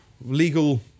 Legal